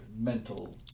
mental